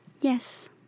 Yes